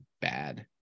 bad